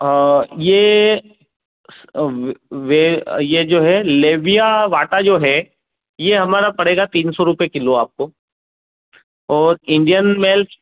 ये वे ये जो है लेबिया वाटा जो है ये हमारा पड़ेगा तीन सौ रुपये किलो आपको और इंडियन मेल्स